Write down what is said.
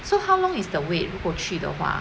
so how long is the wait 如果去的话